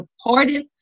supportive